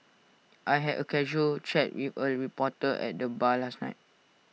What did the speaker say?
I had A casual chat with A reporter at the bar last night